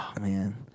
man